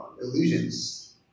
illusions